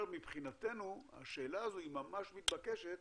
מבחינתנו השאלה הזו ממש מתבקשת